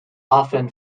often